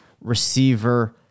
receiver